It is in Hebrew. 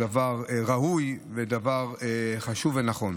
דבר ראוי ודבר חשוב ונכון.